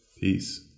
Peace